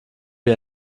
wie